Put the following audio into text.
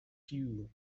few